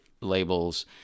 labels